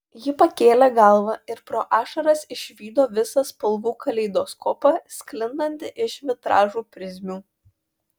ji pakėlė galvą ir pro ašaras išvydo visą spalvų kaleidoskopą sklindantį iš vitražų prizmių